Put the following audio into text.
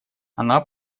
она